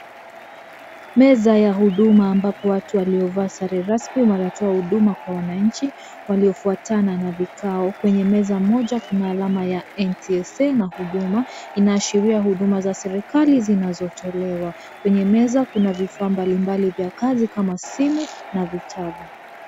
Meza ya huduma ambapo watu waliovaa sare rasmi wanatoa huduma kwa wananchi waliofuatana na vikao kwenye meza mmoja kuna alama ya NTSA na Huduma inaashiria huduma za serikali zinazotolewa kwenye meza kuna vifaa mbali mbali vya kazi kama simu na vitabu.